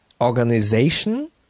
organization